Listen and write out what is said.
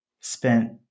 spent